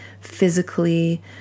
physically